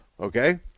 okay